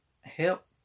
help